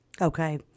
Okay